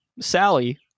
Sally